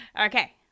Okay